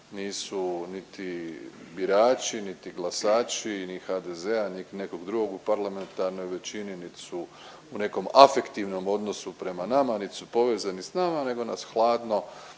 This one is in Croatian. nisu niti birači, niti glasači ni HDZ-a, niti nekog drugog u parlamentarnoj većini niti su u nekom afektivnom odnosu prema nama, niti su povezani sa nama, nego nas hladno